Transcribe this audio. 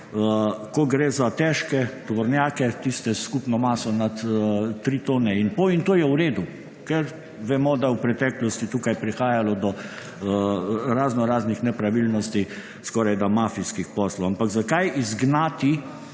ko gre za težke tovornjake, tiste s skupno maso nad 3 tone in pol in to je v redu, ker vemo, da je v preteklosti tukaj prihajalo do raznoraznih nepravilnosti, skorajda mafijskih poslov. Ampak zakaj izgnati